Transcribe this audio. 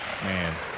Man